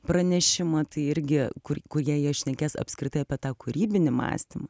pranešimą tai irgi kur jei jie šnekės apskritai apie tą kūrybinį mąstymą